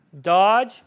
Dodge